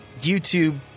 YouTube